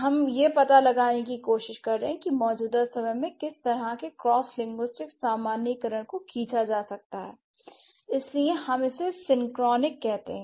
हम यह पता लगाने की कोशिश कर रहे हैं कि मौजूदा समय में किस तरह के क्रॉस लिंग्विस्टिक्स सामान्यीकरण को खींचा जा सकता है इसीलिए हम इसे सिंक्रोनिक कहते हैं